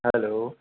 hello